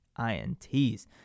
INTs